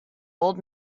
old